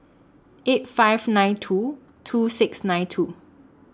eight five nine two two six nine two